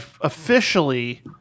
officially